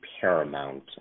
paramount